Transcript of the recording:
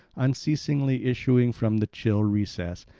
unceasingly issuing from the chill recess,